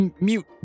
mute